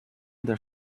their